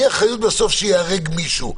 על מי האחריות אם ייהרג מישהו?